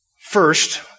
First